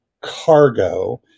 cargo